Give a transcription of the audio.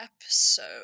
episode